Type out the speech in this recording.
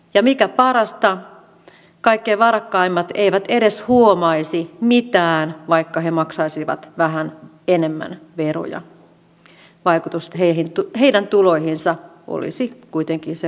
ja mikä parasta kaikkein varakkaimmat eivät edes huomaisi mitään vaikka he maksaisivat vähän enemmän veroja vaikutus heidän tuloihinsa olisi kuitenkin sen verran pieni